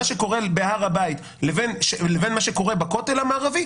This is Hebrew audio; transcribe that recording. שקורה בהר הבית לבין מה שקורה בכותל המערבי,